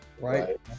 Right